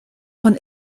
von